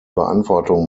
beantwortung